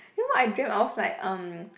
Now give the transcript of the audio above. you know what I dreamt I was like um